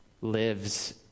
lives